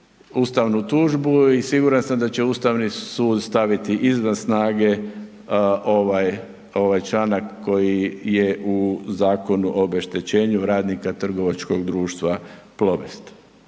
ustavnu tužbu i siguran sam da će Ustavni sud staviti izvan snage ovaj, ovaj članak koji je u Zakonu o obeštećenju radnika trgovačkog društva Plobest